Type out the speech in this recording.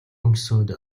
өмсөөд